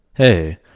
Hey